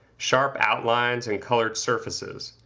sharp outlines and colored surfaces.